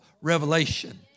revelation